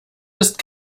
ist